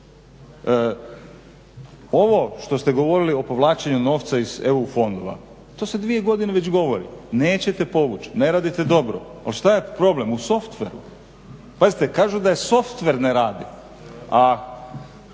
Ovo što ste govorili o povlačenju novca iz EU fondova, to se dvije godine već govori. Nećete povući, ne radite dobro, ali šta je problem, u softveru. Pazite, kažu da softver ne radi.